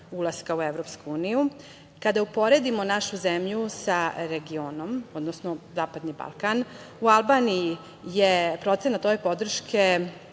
ulaska u EU. Kada uporedimo našu zemlju sa regionom, odnosno Zapadni Balkan, u Albaniji je procenat ove podrške